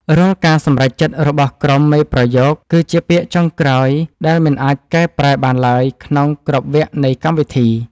រាល់ការសម្រេចចិត្តរបស់ក្រុមមេប្រយោគគឺជាពាក្យចុងក្រោយដែលមិនអាចកែប្រែបានឡើយក្នុងគ្រប់វគ្គនៃកម្មវិធី។